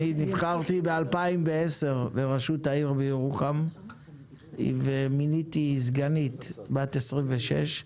אני נבחרתי ב-2010 לראשות העיר ירוחם ומיניתי סגנית בת 26,